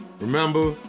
Remember